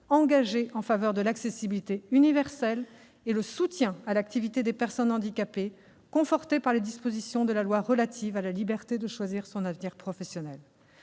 engagé en faveur de l'accessibilité universelle et sur le soutien à l'activité des personnes handicapées, confortée par les dispositions de la loi pour la liberté de choisir son avenir professionnel.